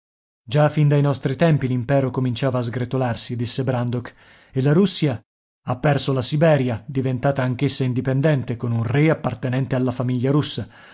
già fin dai nostri tempi l'impero cominciava a sgretolarsi disse brandok e la russia ha perso la siberia diventata anch'essa indipendente con un re appartenente alla famiglia russa